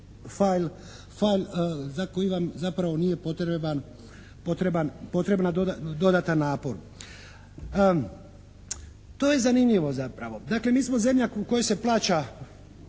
«fail» za koji vam zapravo nije potreban, potrebna dodatan napor. To je zanimljivo zapravo. Dakle mi smo zemlja u kojoj se plaća